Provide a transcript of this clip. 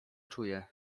czuję